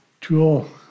tool